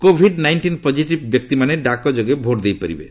Covid nineteen positive ବ୍ୟକ୍ତିମାନେ ଡାକ ଯୋଗେ ଭୋଟ୍ ଦେଇପାରିବେ